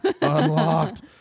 unlocked